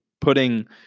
putting